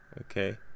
okay